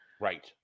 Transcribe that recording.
right